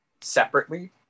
separately